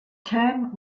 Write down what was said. term